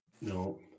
no